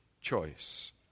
choice